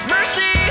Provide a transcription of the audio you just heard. Mercy